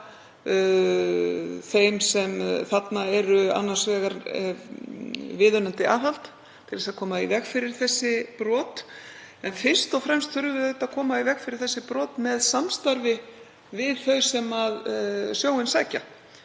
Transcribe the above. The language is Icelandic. þeim sem þarna eru annars vegar viðunandi aðhald til að koma í veg fyrir þessi brot en fyrst og fremst þurfum við auðvitað að koma í veg fyrir þessi brot með samstarfi við þau sem sjóinn sækja